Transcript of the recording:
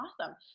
awesome